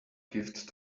gift